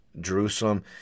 Jerusalem